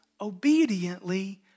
obediently